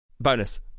Bonus